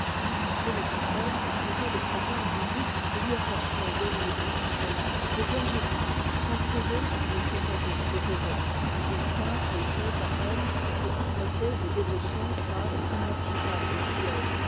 le tourneur lui faisait de fréquentes visites et lui apportait des livres consolants de bons ouvrages approuvés par nn ss les évêques augustin feuilletait à peine ces petits traités de dévotion et même il